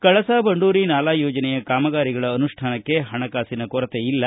ಕಳಸಾ ಬಂಡೂರಿ ನಾಲಾ ಯೋಜನೆಯ ಕಾಮಗಾರಿಗಳ ಅನುಷ್ವಾನಕ್ಕೆ ಹಣಕಾಸಿನ ಕೊರತೆಯಿಲ್ಲ